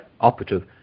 operative